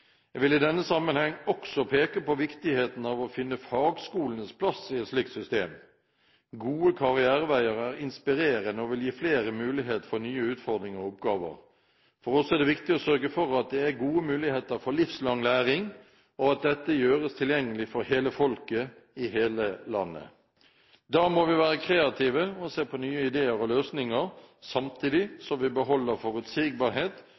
Jeg vil i denne sammenheng også peke på viktigheten av å finne fagskolenes plass i et slikt system. Gode karriereveier er inspirerende og vil gi flere en mulighet for nye utfordringer og oppgaver. For oss er det viktig å sørge for at det er gode muligheter for livslang læring, og at det gjøres tilgjengelig for hele folket, i hele landet. Da må vi være kreative og se på nye ideer og løsninger, samtidig som vi beholder forutsigbarhet